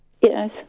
Yes